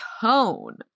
tone